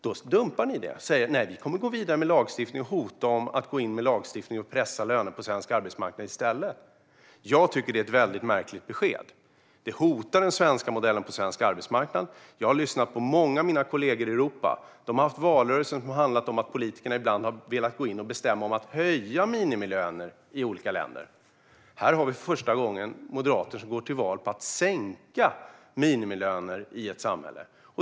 Då dumpar ni det och hotar med att i stället gå in med lagstiftning och pressa lönerna på svensk arbetsmarknad. Jag tycker att detta är ett väldigt märkligt besked. Det hotar den svenska modellen på svensk arbetsmarknad. Jag har lyssnat på många av mina kollegor i olika länder i Europa. Där har valrörelserna handlat om att politikerna ibland har velat gå in och bestämma om höjda minimilöner. Här har vi för första gången moderater som går till val på att sänka minimilöner i ett samhälle.